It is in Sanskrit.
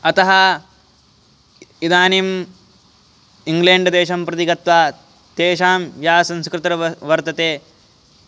अतः इदानीम् इङ्ग्लेण्ड् देशं प्रति गत्वा तेषां या संस्कृतिः व वर्तते